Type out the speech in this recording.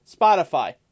Spotify